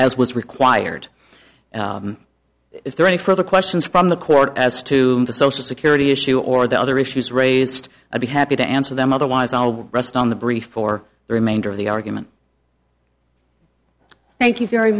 as was required if there any further questions from the court as to the social security issue or the other issues raised i be happy to answer them otherwise i will rest on the brief for the remainder of the argument thank you very